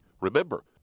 Remember